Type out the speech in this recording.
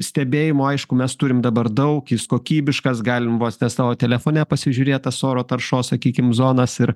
stebėjimų aišku mes turim dabar daug jis kokybiškas galim vos ne savo telefone pasižiūrėt tas oro taršos sakykim zonas ir